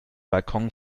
balkon